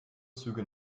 züge